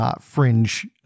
Fringe